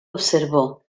observó